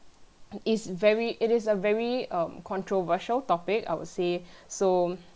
is very it is a very um controversial topic I would say so